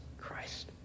Christ